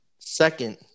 second